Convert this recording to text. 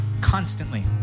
constantly